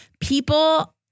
people